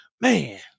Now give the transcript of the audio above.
man